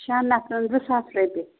شٮ۪ن نفرَن زٕ ساس رۄپیہِ